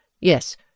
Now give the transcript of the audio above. Yes